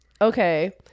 Okay